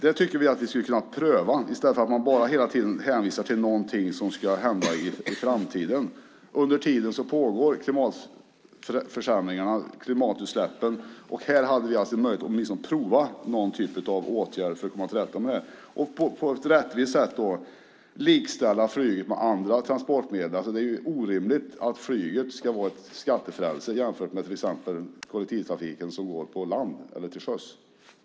Vi tycker att man skulle kunna pröva detta i stället för att man hela tiden bara hänvisar till något som ska hända i framtiden. Under tiden pågår klimatförsämringarna och klimatutsläppen. Här finns det en möjlighet att pröva någon typ av åtgärd för att komma till rätta med detta. Då skulle man på ett rättvist sätt likställa flyget med andra transportmedel. Det är orimligt att flyget ska vara ett skattefrälse jämfört med till exempel kollektivtrafiken som går på land eller till sjöss.